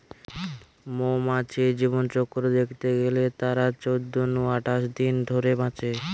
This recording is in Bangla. মৌমাছির জীবনচক্র দ্যাখতে গেলে তারা চোদ্দ নু আঠাশ দিন ধরে বাঁচে